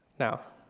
now